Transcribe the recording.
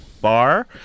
Bar